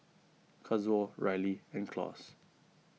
Kazuo Riley and Claus